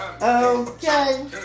Okay